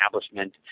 establishment